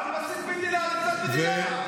צריך שלום על בסיס מדינה לצד מדינה.